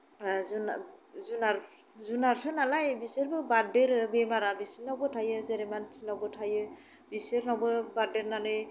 जुनार जुनार जुनारसो नालाय बिसोरबो बारदेरो बेमारा बिसोरनावबो थायो जेरै मानसिनावबो थायो बिसोरनावबो बारदेरनानै